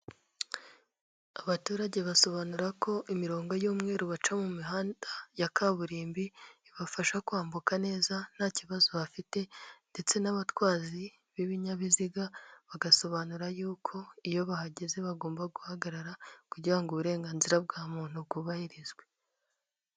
Abaturage basobanura ko imirongo y'umweru baca mu mihanda ya kaburimbo, ibafasha kwambuka neza nta kibazo bafite ndetse n'abatwazi b'ibinyabiziga bagasobanura yuko iyo bahageze bagomba guhagarara, kugira uburenganzira bwa muntu bwubahirizwe.